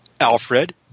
Alfred